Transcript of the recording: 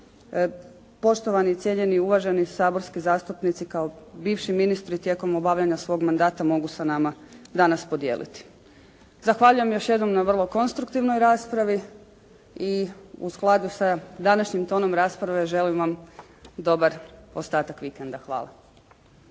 poštovani, cijenjeni, uvaženi saborski zastupnici kao bivši ministri tijekom obavljanja svog mandata mogu sa nama danas podijeliti. Zahvaljujem još jednom na vrlo konstruktivnoj raspravi i u skladu sa današnjim tonom rasprave, želim vam dobar ostatak vikenda. Hvala.